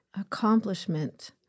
accomplishment